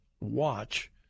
watch